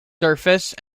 surface